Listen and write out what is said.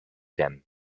them